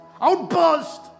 outburst